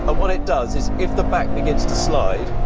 ah what it does is if the back begins to slide